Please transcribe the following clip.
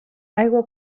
aigua